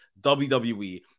WWE